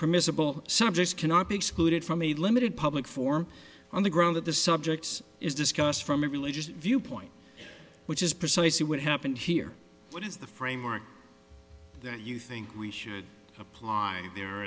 permissible subjects cannot be excluded from a limited public form on the grounds of the subjects is discussed from a religious viewpoint which is precisely what happened here what is the framework that you think we should apply there